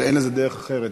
ואין דרך אחרת.